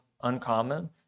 uncommon